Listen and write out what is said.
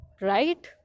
Right